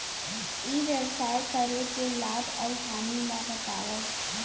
ई व्यवसाय करे के लाभ अऊ हानि ला बतावव?